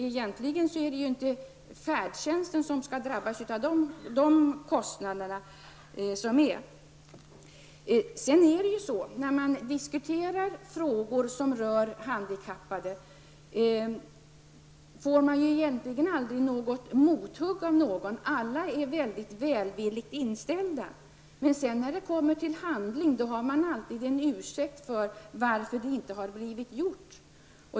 Egentligen är det inte färdtjänsten som skall drabbas när det gäller de kostnaderna. När frågor som rör handikappade skall diskuteras får man egentligen aldrig något mothugg. Alla är mycket välvilligt inställda till de handikappade. Men när det väl kommer till handling har man alltid en ursäkt när man skall förklara varför det ena eller det andra inte har blivit gjort.